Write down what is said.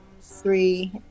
three